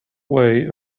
way